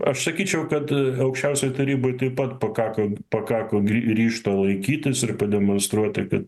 aš sakyčiau kad aukščiausioj taryboj taip pat pakako pakako ryžto laikytis ir pademonstruoti kad